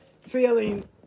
feeling